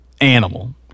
animal